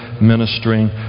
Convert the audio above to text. ministering